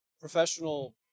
professional